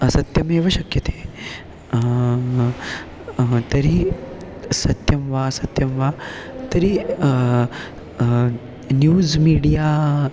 असत्यमेव शक्यते तर्हि सत्यं वा सत्यं वा तर्हि न्यूस् मीडिया